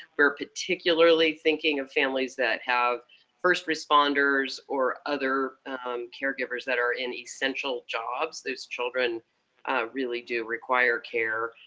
we're particularly thinking of families that have first responders, or other caregivers that are in essential jobs. those children really do require care.